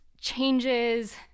changes